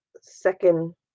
second